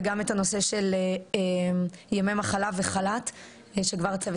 וגם את הנושא של ימי מחלה וחל"ת שכבר הצוות